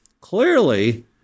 clearly